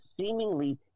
seemingly